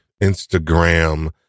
Instagram